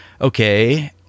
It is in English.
okay